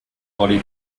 body